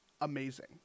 amazing